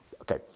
Okay